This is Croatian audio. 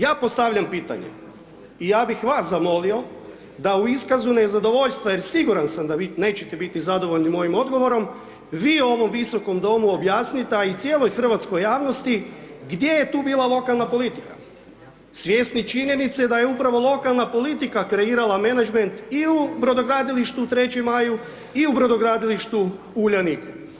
Ja postavljam pitanje i ja bih vas zamolio da u iskazu nezadovoljstva jer siguran sam da vi nećete biti zadovoljni mojim odgovorom, vi ovom Visokom Domu objasnite, a i cijeloj hrvatskoj javnosti gdje je tu bila lokalna politika svjesni činjenice da je upravo lokalna politika kreirala menadžment i u brodogradilištu u Trećem maju i u brodogradilištu Uljanik.